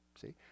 See